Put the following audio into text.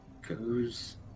goes